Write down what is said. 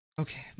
Okay